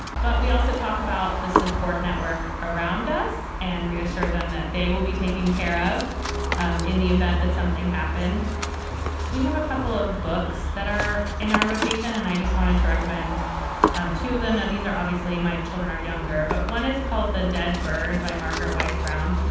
but we also talk about the support network around us and reassure them that they will be taking care of um in the event that something happened we have a couple of books that are in our rotation and i just wanted to recommend um two of them now. these are obviously my children are younger, but one is called the dead bird by margaret wise brown.